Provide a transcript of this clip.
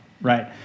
Right